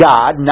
God